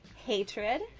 hatred